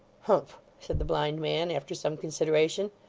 humph! said the blind man, after some consideration.